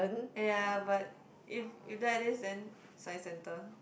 ya but if if that is then science centre